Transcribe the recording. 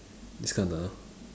Iskandar